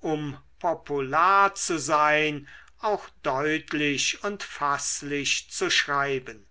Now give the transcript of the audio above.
um popular zu sein auch deutlich und faßlich zu schreiben